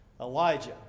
Elijah